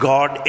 God